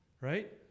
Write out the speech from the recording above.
Right